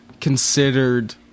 considered